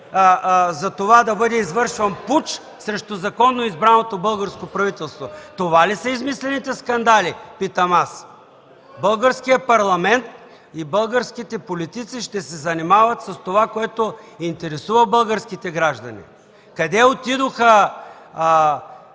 за това да бъде извършван пуч срещу законно избраното българско правителство?! Това ли са измислените скандали, питам аз? Българският парламент и българските политици ще се занимават с това, което интересува българските граждани: къде отидоха